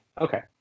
Okay